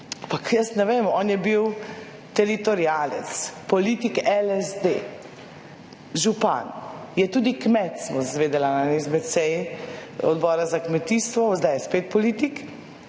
ampak jaz ne vem, on je bil teritorialec, politik LSD, župan, je tudi kmet, sem izvedela na eni izmed sej odbora za kmetijstvo, zdaj je spet politik.